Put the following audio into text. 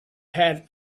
had